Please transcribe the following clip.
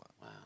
Wow